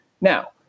Now